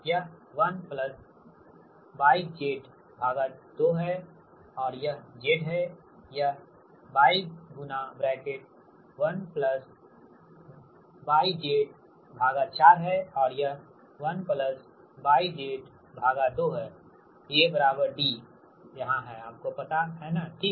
यह 1 YZ2 है यह Z है यह Y 1 YZ4 है और यह 1 YZ2 है A D आपको पता है न ठीक